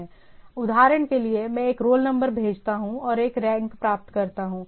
उदाहरण के लिए मैं एक रोल नंबर भेजता हूं और रैंक प्राप्त करता हूं